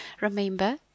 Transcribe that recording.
Remember